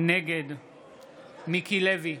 נגד מיקי לוי,